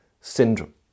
Syndrome